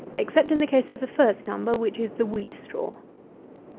except in the case of the first number, which is the wheat straw.